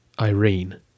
Irene